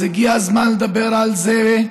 אז הגיע הזמן לדבר על זה.